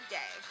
day